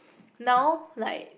now like